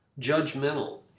Judgmental